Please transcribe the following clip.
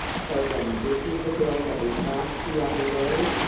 so again this is the bill that we passed the other day.